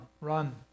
Run